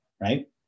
right